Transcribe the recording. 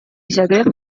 zagreb